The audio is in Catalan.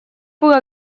puga